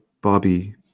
Bobby